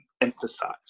emphasize